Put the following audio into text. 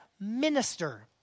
minister